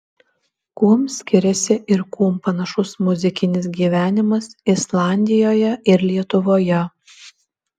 kuom skiriasi ir kuom panašus muzikinis gyvenimas islandijoje ir lietuvoje